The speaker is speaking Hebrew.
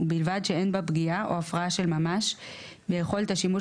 בולבד שאין בה פגיעה או הפרעה של ממש ביכולת השימוש